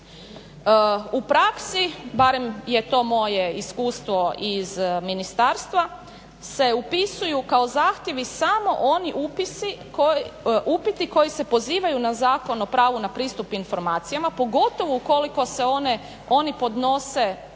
U praksi, barem je to moje iskustvo iz ministarstva se upisuju kao zahtjevi samo oni upiti koji se pozivaju na Zakon o pravu na pristup informacijama, pogotovo ukoliko se oni podnose putem